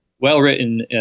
well-written